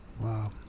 Wow